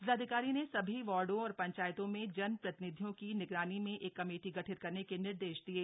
जिलाधिकारी ने सभी वार्डो और पंचायतों में जनप्रतिनिधियों की निगरानी में एक कमेटी गठित करने के निर्देश दिये